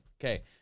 Okay